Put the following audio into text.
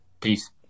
peace